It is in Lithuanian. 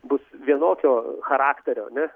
bus vienokio charakterio ne